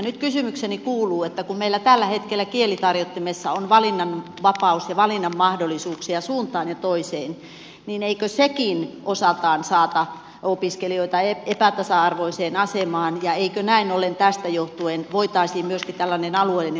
nyt kysymykseni kuuluu että kun meillä tällä hetkellä kielitarjottimessa on valinnanvapaus ja valinnan mahdollisuuksia suuntaan ja toiseen niin eikö sekin osaltaan saata opiskelijoita epätasa arvoiseen asemaan ja eikö näin ollen tästä johtuen voitaisi myöskin tällainen alueellinen kokeilu mahdollistaa